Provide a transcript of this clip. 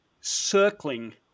circling